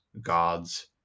gods